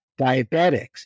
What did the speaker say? diabetics